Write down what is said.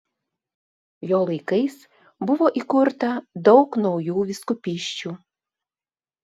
jo laikais buvo įkurta daug naujų vyskupysčių